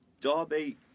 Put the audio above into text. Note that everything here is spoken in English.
Derby